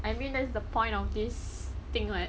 I mean that's point of this thing [what]